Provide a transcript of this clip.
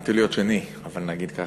תכננתי להיות שני, נגיד ככה.